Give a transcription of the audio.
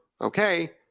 Okay